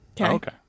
Okay